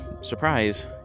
surprise